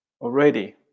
already